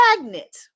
magnet